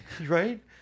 Right